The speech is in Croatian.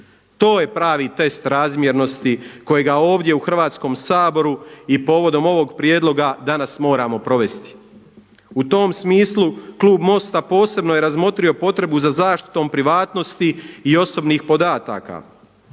To je pravi test razmjernosti kojega ovdje u Hrvatskom saboru i povodom ovoga prijedloga danas moramo provesti. U tom smislu klub MOST-a posebno je razmotrio potrebu za zaštitom privatnosti i osobnih podataka